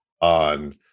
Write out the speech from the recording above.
on